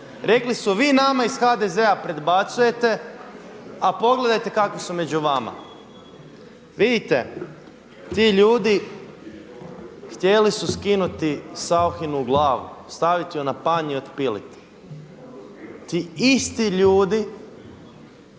Rekli su vi nama iz HDZ-a predbacujete, a pogledajte kakvi su među vama. Vidite, ti ljudi htjeli su skinuti Sauchinu glavu, stavit ju na panj i otpiliti. Ti isti ljudi